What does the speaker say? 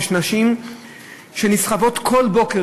יש נשים שנסחבות כל בוקר,